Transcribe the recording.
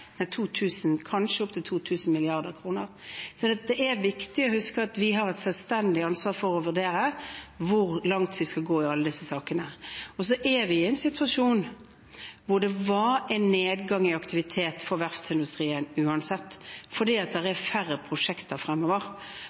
kanskje opp til 2 000 mrd. kr. Det er viktig å huske at vi har et selvstendig ansvar for å vurdere hvor langt vi skal gå i alle disse sakene. Så er vi i en situasjon hvor det var en nedgang i aktivitet for verftsindustrien uansett, fordi det er færre prosjekter fremover.